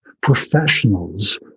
Professionals